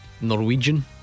Norwegian